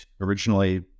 originally